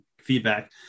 feedback